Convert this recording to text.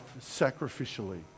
sacrificially